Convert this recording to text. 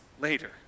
later